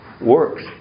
works